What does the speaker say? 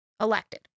elected